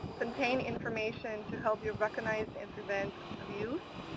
contain information to help you recognize and prevent abuse,